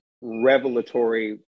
revelatory